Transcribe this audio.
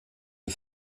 der